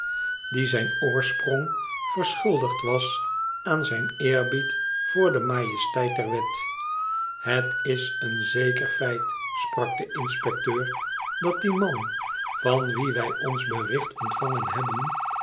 die zn oorsprong verschuldigd was aan zijn eerbied voor de majesteit der wet het is een zeker feit sprak de inspecteur dat die man van wien wij ons bericht ontvangen hebben